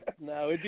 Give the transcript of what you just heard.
No